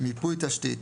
"מיפוי תשתית"